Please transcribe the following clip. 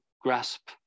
grasp